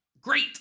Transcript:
great